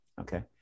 okay